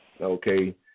Okay